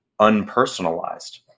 unpersonalized